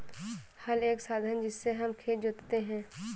हल एक साधन है जिससे हम खेत जोतते है